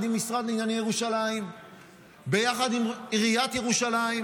עם המשרד לענייני ירושלים ויחד עם עיריית ירושלים,